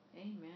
Amen